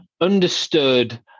understood